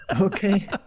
Okay